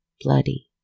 bloody